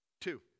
Two